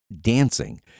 dancing